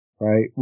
right